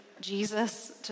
Jesus